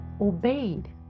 obeyed